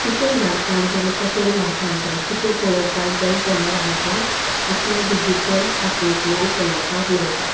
कितें धाडपाक जाय कशें धाडपाक जाय कितें पळोवपाक जाय जाल्यार आमकां असले डिजीटल हातूंतल्यान पळोवपाक मेळटा